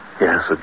Yes